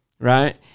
right